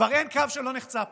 כבר אין קו שלא נחצה פה,